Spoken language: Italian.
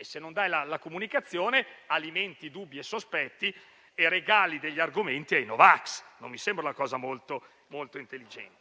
Se non si dà la comunicazione, si alimentano dubbi e sospetti e si regalano argomenti ai no vax: non mi sembra una cosa molto intelligente.